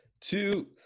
Two